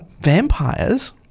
Vampires